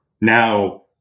now